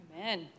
Amen